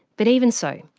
but even so,